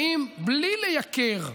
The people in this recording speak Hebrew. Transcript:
באים בלי לייקר,